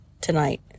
tonight